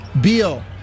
Beal